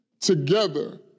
together